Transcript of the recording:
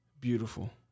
beautiful